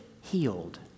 healed